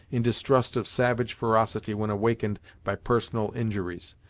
in distrust of savage ferocity when awakened by personal injuries,